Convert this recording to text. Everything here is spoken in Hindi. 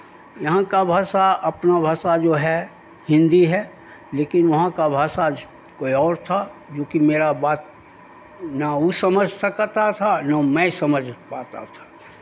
यहां का भाषा अपना भाषा जो है हिंदी है लेकिन वहां का भाषा कोई और था जो कि मेरा बात ना वो समझ सक ता था ना मैं समझ पाता था